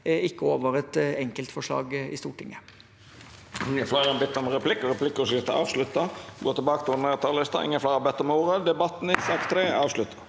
ikke over et enkeltforslag i Stortinget.